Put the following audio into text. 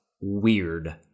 weird